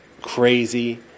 crazy